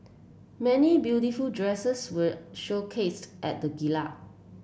many beautiful dresses were showcased at the